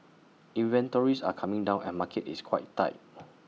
inventories are coming down and market is quite tight